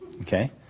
Okay